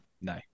No